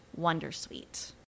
Wondersuite